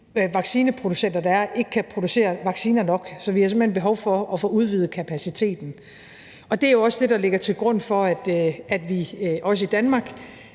vaccineproducenter, der er, ikke kan producere vacciner nok. Så vi har simpelt hen behov for at få udvidet kapaciteten. Det er jo også det, der ligger til grund for, at vi også i Danmark